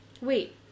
Wait